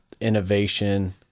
innovation